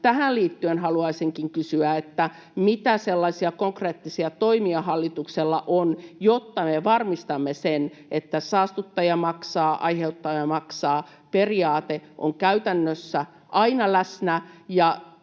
Tähän liittyen haluaisinkin kysyä, mitä sellaisia konkreettisia toimia hallituksella on, jotta me varmistamme sen, että saastuttaja maksaa-, aiheuttaja maksaa ‑periaate on käytännössä aina läsnä,